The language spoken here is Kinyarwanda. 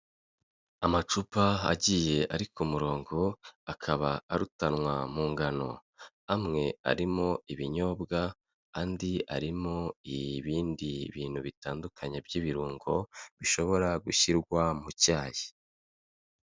Amacupa agiye ari ku murongo, akaba arutanwa mu ngano. Amwe arimo ibinyobwa, andi arimo ibindi bintu bitandukanye by'ibirungo, bishobora gushyirwa mu cyayi.